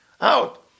out